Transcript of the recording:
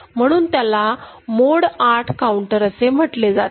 म्हणून त्याला mode 8 counter असे म्हटले जाते